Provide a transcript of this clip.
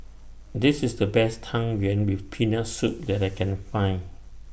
This IS The Best Tang Yuen with Peanut Soup that I Can Find